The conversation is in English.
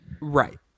Right